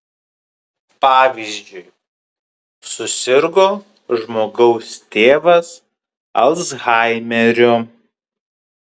pavyzdžiui susirgo žmogaus tėvas alzhaimeriu